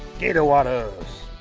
gator wataz!